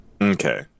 Okay